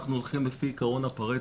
אנחנו הולכים לפי עיקרון הפארטו,